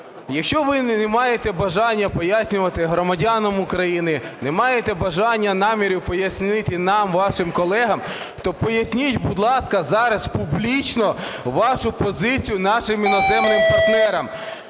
Якщо ви не маєте бажання пояснювати громадянам України, не маєте бажання і намірів пояснити нам, вашим колегам, то поясніть, будь ласка, зараз публічно вашу позицію нашим іноземним партнерам.